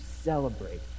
celebrate